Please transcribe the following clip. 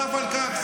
נוסף על כך,